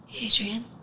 Adrian